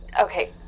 okay